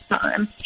time